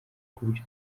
kubyo